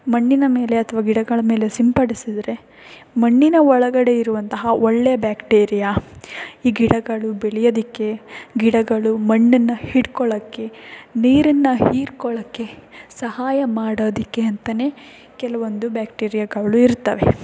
ಮಣ್ಣಿನ ಮೇಲೆ ಅಥವಾ ಗಿಡಗಳ ಮೇಲೆ ಸಿಂಪಡಿಸಿದರೆ ಮಣ್ಣಿನ ಒಳಗಡೆ ಇರುವಂತಹ ಒಳ್ಳೆಯ ಬ್ಯಾಕ್ಟೀರಿಯಾ ಈ ಗಿಡಗಳು ಬೆಳ್ಯೋದಕ್ಕೆ ಗಿಡಗಳು ಮಣ್ಣನ್ನು ಹಿಡ್ಕೊಳ್ಳೋಕ್ಕೆ ನೀರನ್ನು ಹೀರ್ಕೊಳ್ಳೋಕ್ಕೆ ಸಹಾಯ ಮಾಡೋದಕ್ಕೆ ಅಂತಲೇ ಕೆಲವೊಂದು ಬ್ಯಾಕ್ಟೀರಿಯಾಗಳು ಇರ್ತವೆ